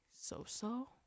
so-so